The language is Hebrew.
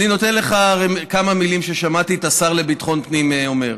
אני נותן לך כמה מילים ששמעתי את השר לביטחון הפנים אומר: